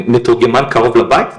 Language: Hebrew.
מתורגמן קרוב לבית,